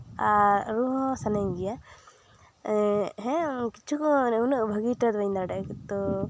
ᱟᱨ ᱨᱩ ᱦᱚᱸ ᱥᱟᱱᱟᱧ ᱜᱮᱭᱟ ᱦᱮᱸ ᱠᱤᱪᱷᱩᱴᱟ ᱩᱱᱟᱹᱜ ᱵᱷᱟᱹᱜᱤ ᱛᱮ ᱵᱟᱹᱧ ᱫᱟᱲᱮᱭᱟᱜᱼᱟ ᱠᱤᱱᱛᱩ